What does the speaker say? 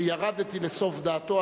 שירדתי לסוף דעתו,